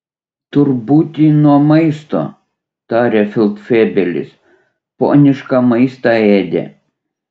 tur būti nuo maisto tarė feldfebelis ponišką maistą ėdė